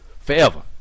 forever